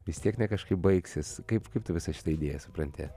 vis tiek na kažkaip baigsis kaip kaip tu visą šitą idėją supranti